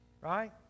right